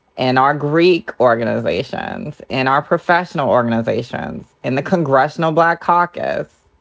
and our greek organizations, in our professional organizations, in the congressional black caucus.